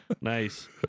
Nice